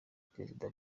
perezida